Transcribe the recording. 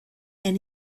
and